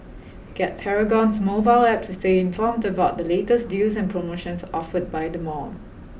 get Paragon's mobile App to stay informed about the latest deals and promotions offered by the mall